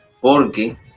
Porque